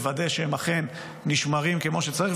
לוודא שהם אכן נשמרים כמו שצריך,